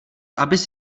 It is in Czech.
abys